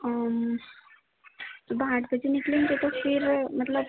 हाँ सुबह आठ बजे निकलेंगे तो फिर मतलब